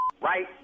right